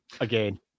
again